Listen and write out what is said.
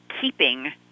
keeping